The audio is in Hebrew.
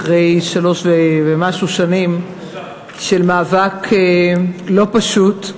אחרי שלוש ומשהו שנים של מאבק לא פשוט.